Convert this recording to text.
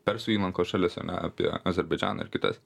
persų įlankos šalis ane apie azerbaidžaną ir kitas